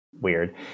weird